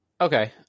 Okay